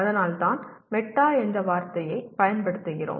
அதனால்தான் மெட்டா என்ற வார்த்தையை பயன்படுத்துகிறோம்